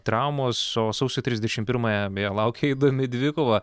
traumos o sausio trisdešimt pirmąją laukia įdomi dvikova